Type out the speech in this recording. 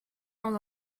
dans